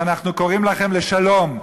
ואנחנו קוראים לכם לשלום.